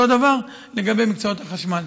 אותו דבר לגבי מקצועות החשמל.